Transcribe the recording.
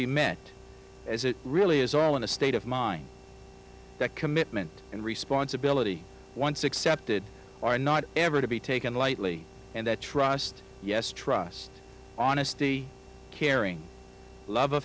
be met as it really is all in a state of mind that commitment and responsibility once accepted are not ever to be taken lightly and that trust yes trust honesty caring lov